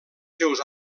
seus